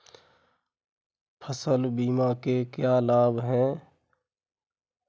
फसल बीमा के क्या लाभ हैं?